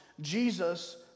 Jesus